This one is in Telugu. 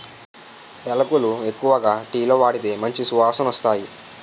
యాలకులు ఎక్కువగా టీలో వాడితే మంచి సువాసనొస్తాయి